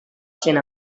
sent